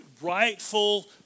rightful